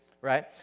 right